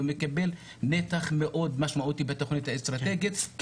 הוא מקבל נתח מאוד משמעותי בתוכנית האסטרטגית,